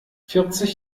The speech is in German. vierzig